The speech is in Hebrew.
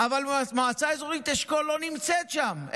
אבל המועצה האזורית אשכול לא נמצאת שם,